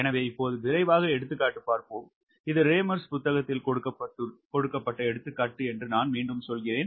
எனவே இப்போது விரைவாக எடுத்துக்காட்டு பார்ப்போம் இது ரேமர்ஸ் புத்தகத்தில் கொடுக்கப்பட்ட எடுத்துக்காட்டு என்று நான் மீண்டும் சொல்கிறேன்